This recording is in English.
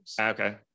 Okay